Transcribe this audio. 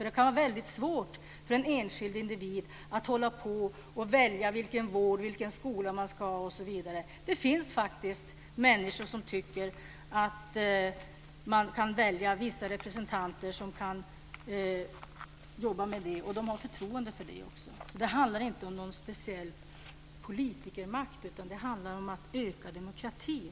Det kan vara svårt för en enskild individ att välja vård, skola osv. Det finns faktiskt människor som tycker att representanter kan väljas för att jobba med sådana frågor, och de känner förtroende för dem. Det handlar inte om att utöva en politikermakt utan om att öka demokratin.